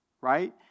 right